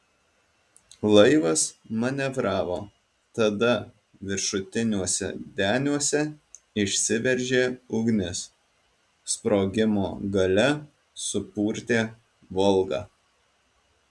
laivas manevravo tada viršutiniuose deniuose išsiveržė ugnis sprogimo galia supurtė volgą